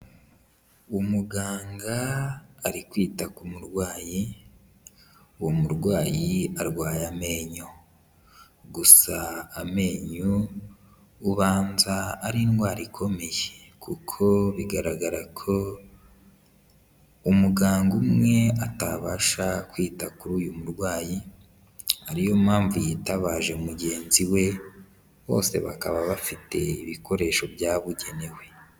Umuganga ari kwita ku murwayi, uwo murwayi arwaye amenyo, gusa amenyo ubanza ari indwara ikomeye kuko bigaragara ko umuganga umwe atabasha kwita kuri uyu murwayi, ariyo mpamvu yitabaje mugenzi we, bose bakaba bafite ibikoresho byabugenewe.